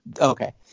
okay